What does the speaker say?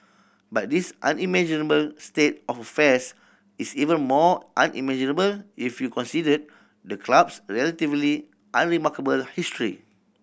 but this unimaginable state of affairs is even more unimaginable if you considered the club's relatively unremarkable history